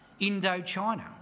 Indochina